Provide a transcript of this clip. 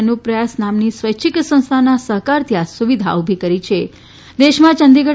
અનુપ્રયાસ નામની સ્વૈચ્છિક સંસ્થાના સહકારથી આ સુવિધા ઊભી કરી છે દેશમાં યંદીગઢ